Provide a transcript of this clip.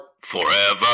forever